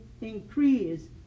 increase